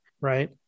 right